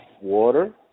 water